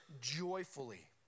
joyfully